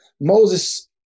Moses